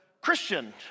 Christian